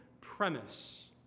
premise